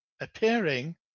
appearing